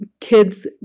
kids